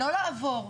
לא לעבור.